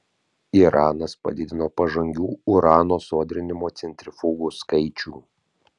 iranas padidino pažangių urano sodrinimo centrifugų skaičių